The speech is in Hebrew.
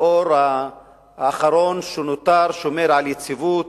המגדלור האחרון שנותר שומר על יציבות